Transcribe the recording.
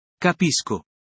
Capisco